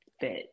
fit